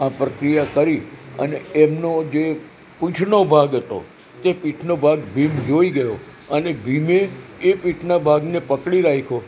આ પ્રક્રિયા કરી અને એમનો જે પૂંછનો ભાગ હતો તે પીઠનો ભાગ ભીમ જોઈ ગયો અને ભીમે એ પીઠના ભાગને પકડી રાખ્યો